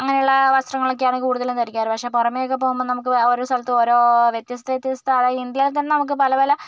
അങ്ങനെയുള്ള വസ്ത്രങ്ങളൊക്കെയാണ് കൂടുതലും ധരിക്കാറ് പക്ഷേ പുറമേയൊക്കെ പോകുമ്പോൾ നമുക്ക് ഓരോ സ്ഥലത്തും ഓരോ വ്യത്യസ്ത വ്യത്യസ്ത അതായത് ഇന്ത്യയിൽ തന്നെ നമുക്ക് പല പല